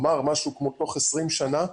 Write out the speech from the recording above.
משהו כמו תוך 20 שנים,